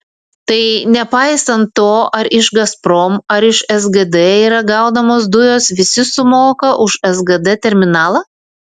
tai nepaisant to ar iš gazprom ar iš sgd yra gaunamos dujos visi sumoka už sgd terminalą